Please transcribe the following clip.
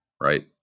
right